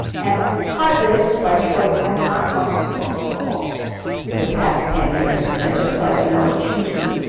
and partly, this is by choice. i have not gone to see baltimore waltz for the past ten years, cause i just thought, you know, it chews me